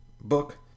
book